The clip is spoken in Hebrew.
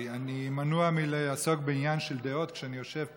אני מנוע מלעסוק בעניין של דעות כשאני יושב פה,